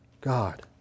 God